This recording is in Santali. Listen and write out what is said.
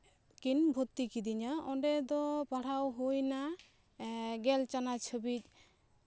ᱠᱤᱱ ᱵᱷᱚᱨᱛᱤ ᱠᱤᱫᱤᱧᱟᱹ ᱚᱸᱰᱮ ᱫᱚ ᱯᱟᱲᱦᱟᱣ ᱦᱩᱭᱱᱟ ᱜᱮᱞ ᱪᱟᱱᱟᱪ ᱦᱟᱹᱵᱤᱡ